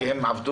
כי הם עבדו,